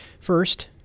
First